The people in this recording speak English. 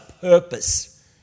purpose